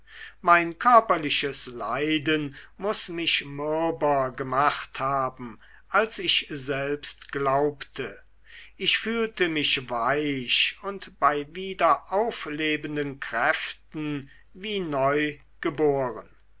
mein körperliches leiden muß mich mürber gemacht haben als ich selbst glaubte ich fühlte mich weich und bei wieder auflebenden kräften wie neugeboren